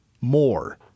more